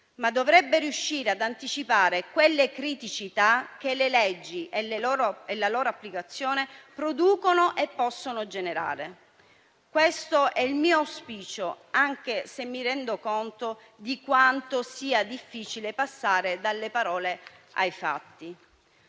ma dovrebbe riuscire ad anticipare quelle criticità che le leggi e la loro applicazione producono e possono generare. Questo è il mio auspicio, anche se mi rendo conto di quanto sia difficile passare dalle parole ai fatti.